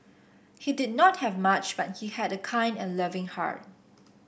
he did not have much but he had a kind and loving heart